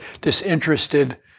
disinterested